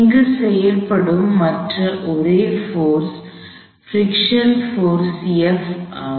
இங்கு செயல்படும் மற்ற ஒரே போர்ஸ் பிரிக்க்ஷன் போர்ஸ் F ஆகும்